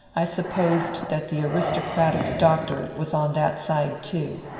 i sup posed that the aristocratic doctor was on that side too.